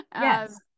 yes